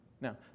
Now